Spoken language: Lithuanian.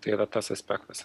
tai yra tas aspektas